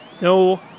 No